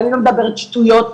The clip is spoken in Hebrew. אני לא מדברת שטויות,